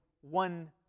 one